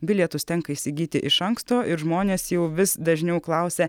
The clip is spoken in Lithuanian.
bilietus tenka įsigyti iš anksto ir žmonės jau vis dažniau klausia